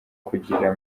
kugirira